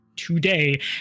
today